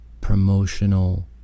promotional